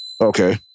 Okay